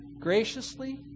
graciously